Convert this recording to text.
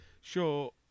sure